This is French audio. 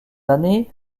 années